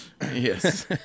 yes